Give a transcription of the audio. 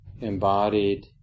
embodied